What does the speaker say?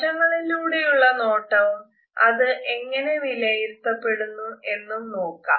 വശങ്ങളിലൂടെയുള്ള നോട്ടവും അത് എങ്ങനെ വിലയിരുത്തപ്പെടുന്നു എന്നതും നോക്കാം